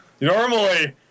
Normally